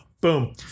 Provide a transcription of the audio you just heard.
Boom